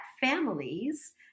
families